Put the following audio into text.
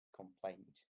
complained